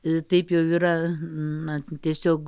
i taip jau yra na tiesiog